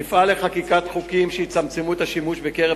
נפעל לחקיקת חוקים שיצמצמו את השימוש בקרב